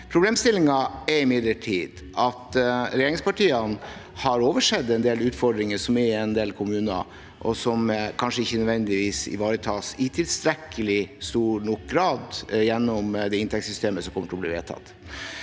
Problemstillingen er imidlertid at regjeringspartiene har oversett en del utfordringer som er i en del kommuner, og som kanskje ikke nødvendigvis ivaretas i tilstrekkelig stor nok grad gjennom det inntektssystemet som kommer til å bli vedtatt.